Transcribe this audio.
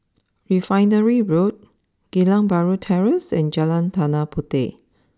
Refinery Road Geylang Bahru Terrace and Jalan Tanah Puteh